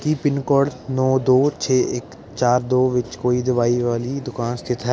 ਕੀ pin code ਨੌਂ ਦੋ ਛੇ ਇੱਕ ਚਾਰ ਦੋ ਵਿੱਚ ਕੋਈ ਦਵਾਈ ਵਾਲੀ ਦੁਕਾਨ ਸਥਿਤ ਹੈ